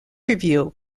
review